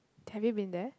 have you been there